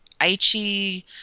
Aichi